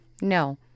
No